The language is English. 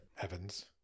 Evans